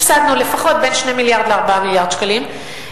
הפסדנו לפחות בין 2 מיליארד ל-4 מיליארד שקלים.